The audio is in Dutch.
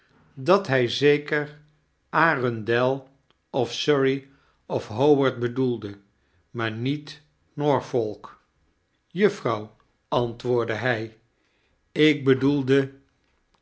dat hy zeker arundel of surrey of howard bedoelde maar niet norfolk juffrouw antwoordde hij ik bedoelde